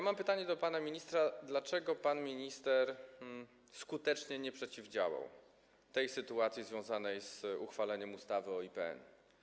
Mam pytanie do pana ministra: Dlaczego pan minister skutecznie nie przeciwdziałał tej sytuacji związanej z uchwaleniem ustawy o IPN?